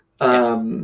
Yes